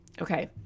Okay